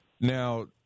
Now